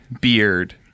beard